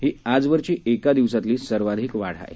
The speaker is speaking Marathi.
ही आजवरची एका दिवसातली सर्वाधिक वाढ आहे